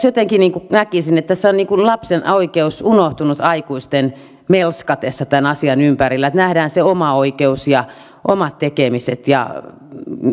jotenkin näkisin että tässä on lapsen oikeus unohtunut aikuisten melskatessa tämän asian ympärillä ja nähdään se oma oikeus ja omat tekemiset